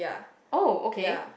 oh okay